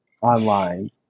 online